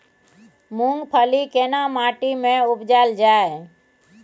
मूंगफली केना माटी में उपजायल जाय?